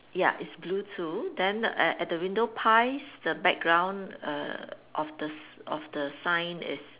ya it's blue too then err at the window pies the background err of the s~ of the sign is